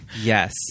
Yes